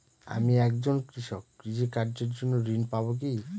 আমি একজন কৃষক কৃষি কার্যের জন্য ঋণ পাব কি?